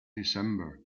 december